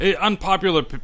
unpopular